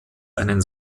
einen